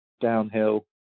downhill